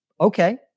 okay